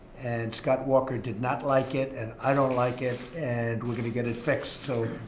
and scott walker did not like it, and i don't like it, and we're going to get it fixed. so,